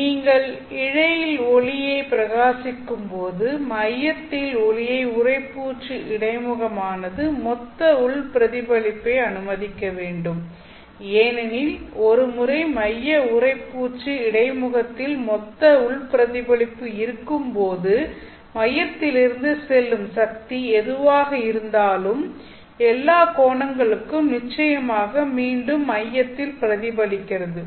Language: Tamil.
நீங்கள் இழையில் ஒளியைப் பிரகாசிக்கும்போது மையத்தில் ஒளியைப் உறைப்பூச்சு இடைமுகமானது மொத்த உள் பிரதிபலிப்பை அனுமதிக்க வேண்டும் ஏனெனில் ஒருமுறை கோர் உறைப்பூச்சு இடைமுகத்தில் மொத்த உள் பிரதிபலிப்பு இருக்கும்போது மையத்திலிருந்து செல்லும் சக்தி எதுவாக இருந்தாலும் எல்லா கோணங்களுக்கும் நிச்சயமாக மீண்டும் மையத்தில் பிரதிபலிக்கிறது